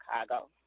Chicago